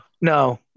No